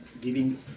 giving